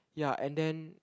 ya and then